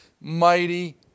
mighty